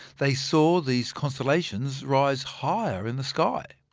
they saw these constellations rise higher in the sky.